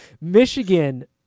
Michigan